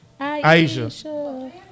Aisha